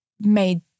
made